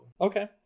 Okay